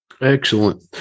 Excellent